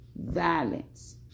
Violence